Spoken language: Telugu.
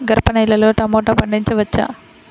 గరపనేలలో టమాటా పండించవచ్చా?